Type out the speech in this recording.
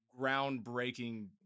groundbreaking